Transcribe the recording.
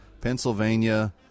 Pennsylvania